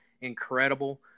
incredible